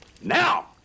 Now